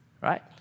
right